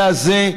במקרה הזה.